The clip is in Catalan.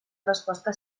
resposta